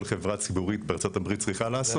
חברה ציבורית בארצות הברית צריכה לעשות,